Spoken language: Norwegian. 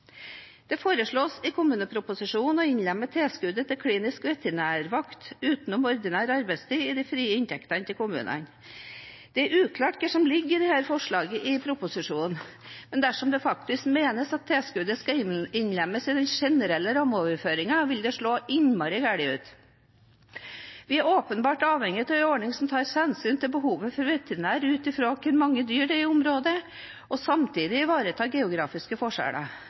Det foreslås i kommuneproposisjonen å innlemme tilskuddet til klinisk veterinærvakt utenom ordinær arbeidstid i de frie inntektene til kommunene. Det er uklart hva som ligger i forslaget i proposisjonen, men dersom det faktisk menes at tilskuddet skal innlemmes i den generelle rammeoverføringen, vil det slå innmari galt ut. Vi er åpenbart avhengig av en ordning som både tar hensyn til behovet for veterinær ut ifra hvor mye dyr det er i området, og samtidig ivaretar geografiske forskjeller.